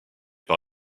par